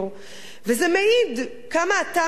וזה מעיד כמה אתה מנותק,